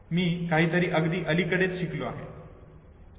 मी काहीतरी अगदी अलीकडेच शिकलो आहे